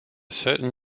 certain